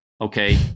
Okay